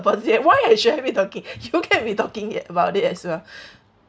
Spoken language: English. why I should have me talking you can be talking about it as well